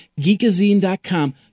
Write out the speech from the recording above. geekazine.com